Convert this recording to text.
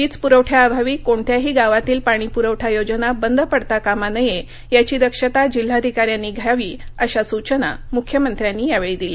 वीज प्रवठ्याअभावी कोणत्याही गावातली पाणीप्रवठा योजना बंद पडता कामा नये याची दक्षता जिल्हाधिकाऱ्यांनी घ्यावी अशा सूचना मुख्यमंत्र्यांनी यावेळी दिल्या